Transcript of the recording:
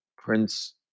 Prince